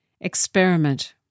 Experiment